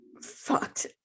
fucked